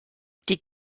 die